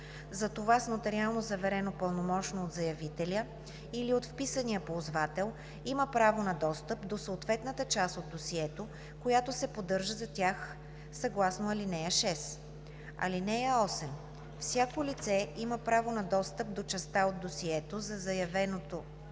за това с нотариално заверено пълномощно от заявителя или от вписания ползвател, има право на достъп до съответната част от досието, която се поддържа за тях съгласно ал. 6. (8) Всяко лице има право на достъп до частта от досието за заявеното